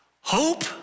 Hope